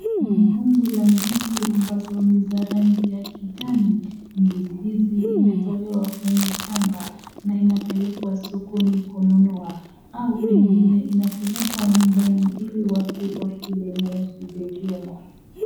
Kuna kungu la ndizi ambazo ni za rangi ya kijani. Ndizi hizi imetolewa kwenye shamba na inapelekwa sokoni kununua au pengine inapelekwa nyumbani ili watu wakule na washibe vyema.